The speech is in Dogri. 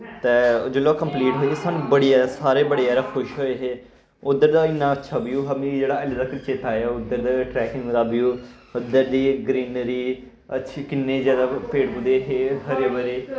तै जिसलै ओह् कम्पलीट होई साणु बड़ी जैदा सारें गी बड़ी जैदा खुश होए हे उद्दर दा इन्ना अच्छा व्यू हा मि जेह्ड़ा आह्ले तकर चेत्ता ऐ उद्दर दे ट्रैकिंग दा व्यू उद्दर दी ग्रीनरी अच्छी किन्ने जैदा पेड़ पौधे हे हरे भरे